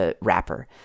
Wrapper